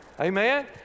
Amen